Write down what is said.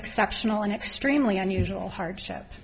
exceptional and extremely unusual hardship